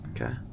Okay